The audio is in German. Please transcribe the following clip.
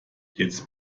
jetzt